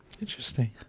interesting